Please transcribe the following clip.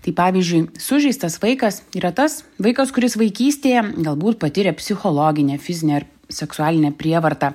tai pavyzdžiui sužeistas vaikas yra tas vaikas kuris vaikystėje galbūt patyrė psichologinę fizinę ar seksualinę prievartą